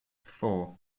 four